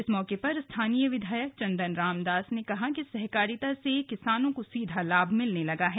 इस मौके पर विधायक चंदन राम दास ने कहा कि सहकारिता से किसानों को सीधा लाभ मिलने लगा है